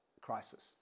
crisis